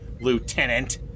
Lieutenant